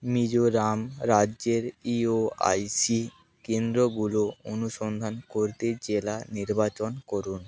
মিজোরাম রাজ্যের E O I C কেন্দ্রগুলো অনুসন্ধান করতে জেলা নির্বাচন করুন